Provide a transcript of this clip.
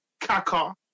Kaka